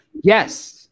yes